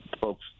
folks